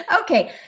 Okay